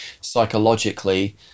psychologically